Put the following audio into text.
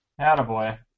attaboy